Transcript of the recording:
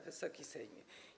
Wysoki Sejmie!